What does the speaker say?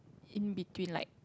in between like